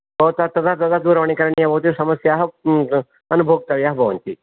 भवता तदा तदा दूरवाणी करणीया भवति समस्याः अनुभोक्तव्या भवन्ति